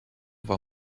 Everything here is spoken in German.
war